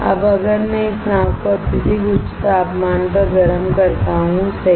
अब अगर मैं इस नाव को अत्यधिक उच्च तापमान पर गर्म करता हूं सही